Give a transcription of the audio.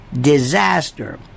disaster